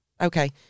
Okay